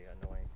annoying